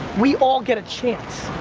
we all get a chance.